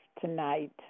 tonight